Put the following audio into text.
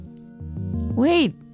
Wait